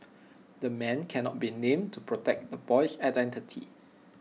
the man cannot be named to protect the boy's identity